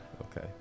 Okay